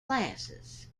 classes